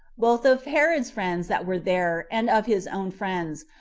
both of herod's friends that were there, and of his own friends,